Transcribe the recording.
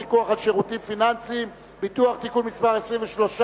אין חוק הפיקוח על שירותים פיננסיים (ביטוח) (תיקון מס' 23),